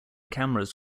cameras